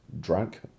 drunk